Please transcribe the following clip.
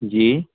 जी